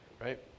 Right